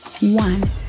one